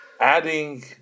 Adding